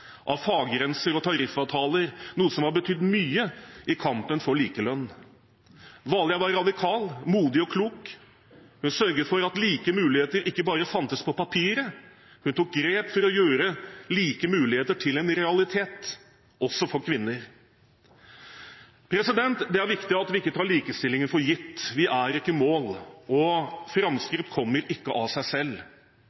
av faggrenser og tariffavtaler, noe som har betydd mye i kampen for likelønn. Valgerd var radikal, modig og klok. Hun sørget for at like muligheter ikke bare fantes på papiret, hun tok grep for å gjøre like muligheter til en realitet også for kvinner. Det er viktig at vi ikke tar likestillingen for gitt. Vi er ikke i mål, og